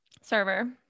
Server